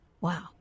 wow